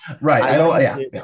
Right